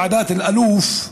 ועדת אלאלוף,